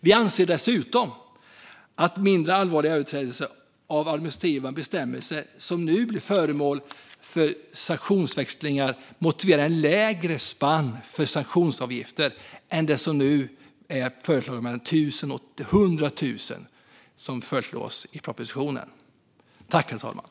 Vi anser dessutom att de mindre allvarliga överträdelser av administrativa bestämmelser som nu blir föremål för sanktionsväxlingar motiverar sanktionsavgifter i det lägre spannet snarare än det spann som nu föreslås i propositionen, det vill säga mellan 1 000 och 100 000 kronor.